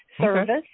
service